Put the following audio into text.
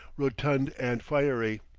rotund and fiery.